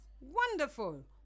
Wonderful